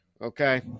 okay